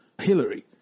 Hillary